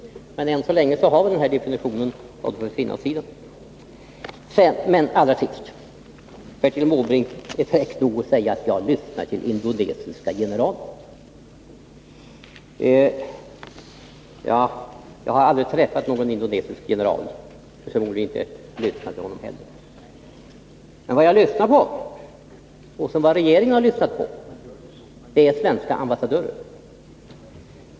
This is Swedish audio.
Men så länge luftvärnskanoner definieras som defensiva vapen, så får vi finna oss i det. Bertil Måbrink är fräck nog att säga att jag lyssnar till indonesiska generaler. Jag har aldrig träffat en indonesisk general och inte heller lyssnat till någon. Vad jag och den svenska regeringen har lyssnat till är svenska ambassadörer.